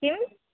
किम्